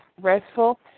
restful